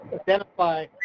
identify